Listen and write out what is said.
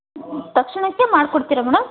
ತಕ್ಷಣಕ್ಕೆ ಮಾಡಿಕೊಡ್ತೀರಾ ಮೇಡಮ್